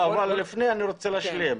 לפני כן אני רוצה להשלים.